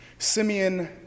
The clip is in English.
Simeon